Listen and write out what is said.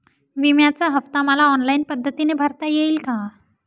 विम्याचा हफ्ता मला ऑनलाईन पद्धतीने भरता येईल का?